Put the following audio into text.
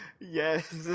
Yes